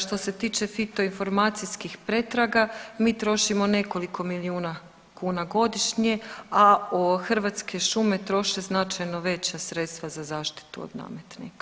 Što se tiče fito informacijskih pretraga mi trošimo nekoliko milijuna kuna godišnje, a Hrvatske šume troše značajno veća sredstva za zaštitu od nametnika.